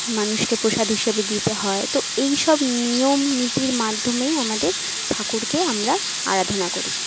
মানুষকে প্রসাদ হিসেবে দিতে হয় তো এইসব নিয়ম নীতির মাধ্যমেই আমাদের ঠাকুরকে আমরা আরাধনা করি